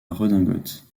redingote